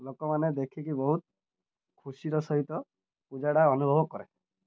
ଲୋକମାନେ ଦେଖିକି ବହୁତ ଖୁସିର ସହିତ ପୂଜାଟା ଅନୁଭବ କରେ